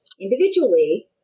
individually